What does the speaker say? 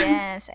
Yes